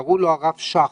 קראו לו הרב שך,